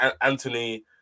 Anthony